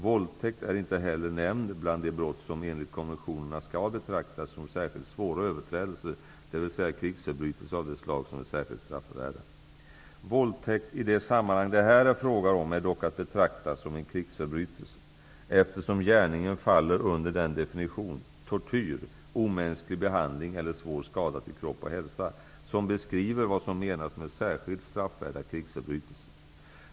Våldtäkt är inte heller nämnd bland de brott som enligt konventionerna skall betraktas som särskilt svåra överträdelser, dvs. krigsförbrytelser av det slag som är särskilt straffvärda. Våldtäkt i det sammanhang det här är fråga om är dock att betrakta som en krigsförbrytelse, eftersom gärningen faller under den definition -- tortyr, omänsklig behandling eller svår skada till kropp och hälsa -- som beskriver vad som menas med särskilt straffvärda krigsförbrytelser.